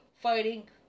fighting